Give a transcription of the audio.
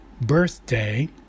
birthday